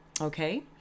Okay